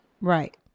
Right